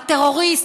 הטרוריסט,